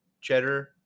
cheddar